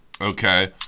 Okay